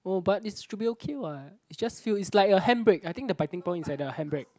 oh but it should be okay what it just feel is like a handbrake I think the biting point is at the handbrake